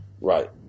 Right